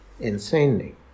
insanely